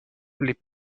les